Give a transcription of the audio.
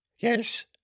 Yes